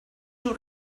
you